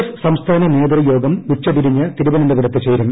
F സംസ്ഥാന നേതൃയോഗം ഉച്ചതിരിഞ്ഞ് തിരുവനന്തപുരത്ത് ചേരും